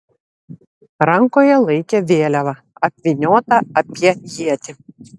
rankoje laikė vėliavą apvyniotą apie ietį